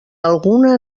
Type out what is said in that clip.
alguna